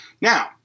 Now